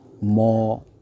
more